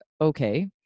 okay